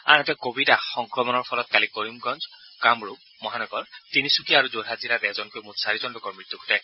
আনহাতে কোৱিড সংক্ৰমণৰ ফলত কালি কৰিমগঞ্জ কামৰূপ মহানগৰ তিনিচুকীয়া আৰু যোৰহাট জিলাত এজনকৈ মুঠ চাৰিজন লোকৰ মৃত্যু ঘটে